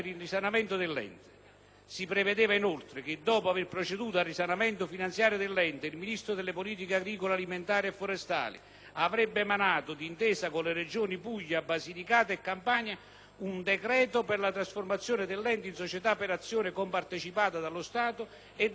Si prevedeva, inoltre, che, dopo aver proceduto al risanamento finanziario dell'Ente, il Ministro delle politiche agricole alimentari e forestali avrebbe emanato, d'intesa con le Regioni Puglia, Basilicata e Campania, un decreto per la trasformazione dell'Ente in società per azioni, compartecipata dallo Stato e dalle Regioni interessate.